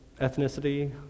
ethnicity